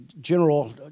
general